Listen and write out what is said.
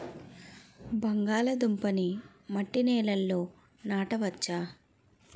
బంగాళదుంప నీ మట్టి నేలల్లో నాట వచ్చా?